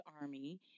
army